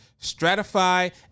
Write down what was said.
Stratify